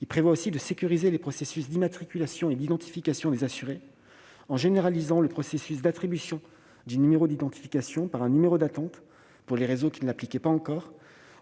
de ces risques ; la sécurisation des processus d'immatriculation et d'identification des assurés en généralisant le procédé d'attribution du numéro d'identification par un numéro d'attente, pour les réseaux qui ne l'appliquaient pas encore ;